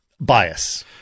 bias